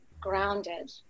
grounded